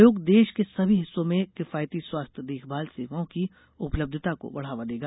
आयोग देश के सभी हिस्सों में किफायती स्वास्थ्य देखभाल सेवाओं की उपलब्धता को बढ़ावा देगा